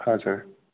हजुर